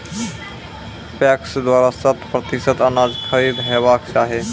PACS द्वारा शत प्रतिसत अनाज खरीद हेवाक चाही?